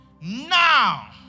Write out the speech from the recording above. Now